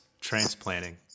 transplanting